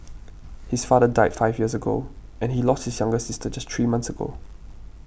his father died five years ago and he lost his younger sister just three months ago